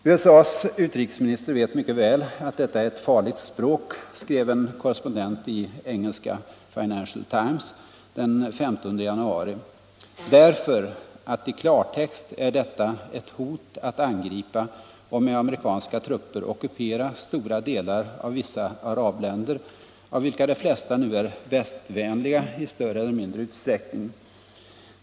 ”USA:s utrikesminister vet mycket väl att detta är ett farligt språk”, skrev en korrespondent i engelska Financial Times den 15 januari, ”därför att i klartext är detta ett hot att angripa och med amerikanska trupper ockupera stora delar av vissa arabländer, av vilka de flesta nu är västvänliga i större eller mindre utsträckning.